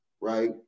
right